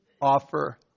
offer